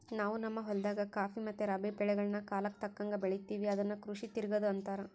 ನಾವು ನಮ್ಮ ಹೊಲದಾಗ ಖಾಫಿ ಮತ್ತೆ ರಾಬಿ ಬೆಳೆಗಳ್ನ ಕಾಲಕ್ಕತಕ್ಕಂಗ ಬೆಳಿತಿವಿ ಅದಕ್ಕ ಕೃಷಿ ತಿರಗದು ಅಂತಾರ